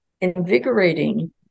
invigorating